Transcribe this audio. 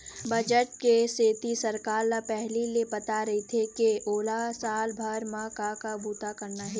budget के सेती सरकार ल पहिली ले पता रहिथे के ओला साल भर म का का बूता करना हे